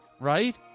Right